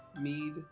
mead